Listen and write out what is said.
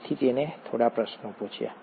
તેથી તેણે થોડા પ્રશ્નો પૂછ્યા